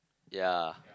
ya